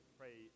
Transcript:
pray